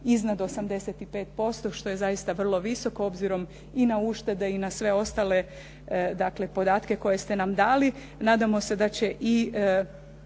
iznad 85%, što je zaista vrlo visoko, obzirom i na uštede i na sve ostale dakle podatke koje ste nam dali. Nadamo se da će i